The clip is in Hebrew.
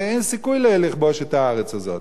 ואין סיכוי לכבוש את הארץ הזאת.